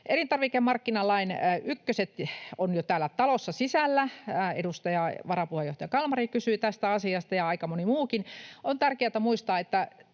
Elintarvikemarkkinalain ykköset on jo täällä talossa sisällä. Edustaja, varapuheenjohtaja Kalmari kysyi tästä asiasta ja aika moni muukin. On tärkeätä muistaa,